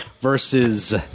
Versus